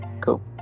Cool